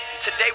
today